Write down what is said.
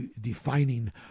defining